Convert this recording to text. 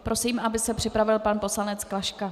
Prosím, aby se připravil pan poslanec Klaška.